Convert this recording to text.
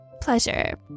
Pleasure